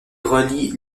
relie